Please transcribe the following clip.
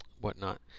whatnot